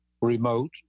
remote